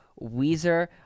Weezer